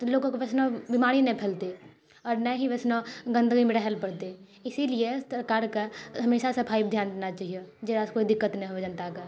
तऽ लोकके वैसनो बीमारी नहि फैलतै आओर नऽ ही वैसनो गन्दगीमे रहय लेल पड़तै इसलिए सरकारके हमेशा सफाइपर ध्यान देना चाहिए जकरासँ कोइ दिक्कत नहि होइ जनताके